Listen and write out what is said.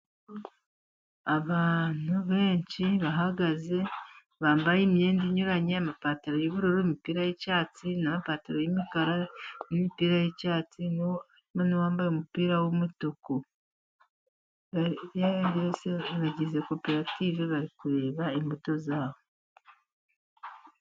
Abantu benshi bahagaze bambaye imyenda inyuranye, amapantaro y'ubururu, imipira y'icyatsi n'amapantaro y'umukara, imipira y'icyatsi. Hariho n'uwambaye umupira w'umutuku. Ibyo ari byo byose bagize koperative bari kureba imbuto zabo.